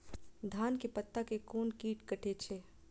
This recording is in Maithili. धान के पत्ता के कोन कीट कटे छे?